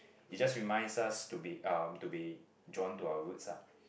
it just reminds us to be um to be drawn to our roots ah